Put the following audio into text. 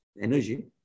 energy